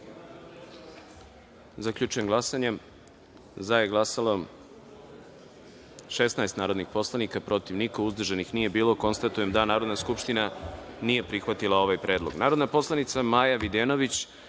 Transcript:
predlog. Zaključujem glasanje: za je glasalo – 16 narodnih poslanika, protiv – niko, uzdržanih – nema. Konstatujem da Narodna skupština nije prihvatila ovaj predlog. Narodna poslanica Maja Videnović